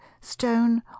stone